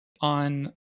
on